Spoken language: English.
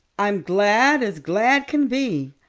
i'm glad as glad can be.